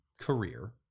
career